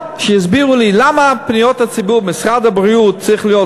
שיסבירו לי למה בתפקיד נציב פניות הציבור במשרד הבריאות צריכה להיות